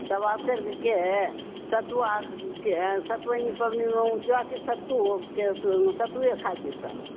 सवा सेरके सतुआके सतुआइनि पाबनिमे ओ जाके सत्तूके सतुए खाइ छै सभ